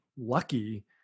lucky